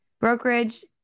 brokerage